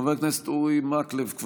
חבר הכנסת אורי מקלב,